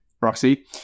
Roxy